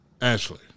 Ashley